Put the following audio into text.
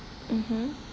mmhmm